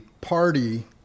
party